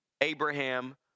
Abraham